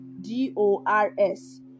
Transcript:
D-O-R-S